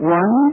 one